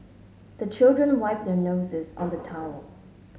the children wipe their noses on the towel